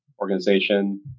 organization